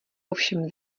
ovšem